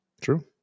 True